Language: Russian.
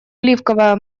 оливковое